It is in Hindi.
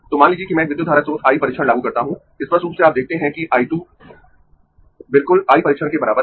तो मान लीजिए कि मैं एक विद्युत धारा स्रोत I परीक्षण लागू करता हूं स्पष्ट रूप से आप देखते है कि I 2 बिल्कुल I परीक्षण के बराबर है